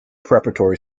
preparatory